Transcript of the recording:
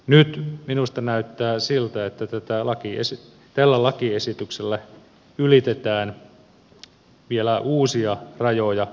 nyt minusta näyttää siltä että tällä lakiesityksellä ylitetään vielä uusia rajoja